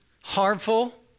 harmful